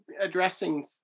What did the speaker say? addressing